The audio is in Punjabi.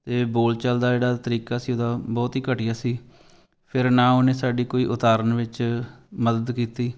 ਅਤੇ ਬੋਲਚਾਲ ਦਾ ਜਿਹੜਾ ਤਰੀਕਾ ਸੀ ਉਹਦਾ ਬਹੁਤ ਹੀ ਘਟੀਆ ਸੀ ਫਿਰ ਨਾ ਉਹਨੇ ਸਾਡੀ ਕੋਈ ਉਤਾਰਨ ਵਿੱਚ ਮਦਦ ਕੀਤੀ